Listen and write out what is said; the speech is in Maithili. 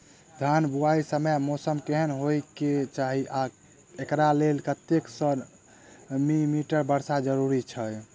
धान बुआई समय मौसम केहन होइ केँ चाहि आ एकरा लेल कतेक सँ मी वर्षा जरूरी छै?